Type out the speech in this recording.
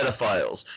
pedophiles